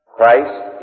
Christ